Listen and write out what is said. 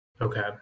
Okay